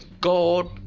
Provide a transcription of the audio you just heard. God